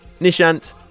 Nishant